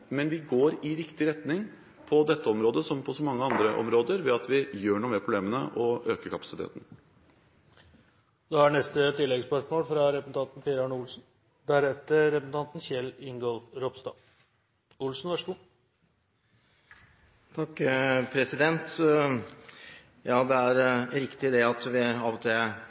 vi går i riktig retning – på dette området som på så mange andre områder – ved at vi gjør noe med problemene og øker kapasiteten. Per Arne Olsen – til oppfølgingsspørsmål. Ja, det er riktig at vi av og til føler at vi har hørt denne debatten før, i hvert fall svarene, at det aldri har vært bevilget mer penger, og